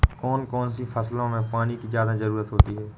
कौन कौन सी फसलों में पानी की ज्यादा ज़रुरत होती है?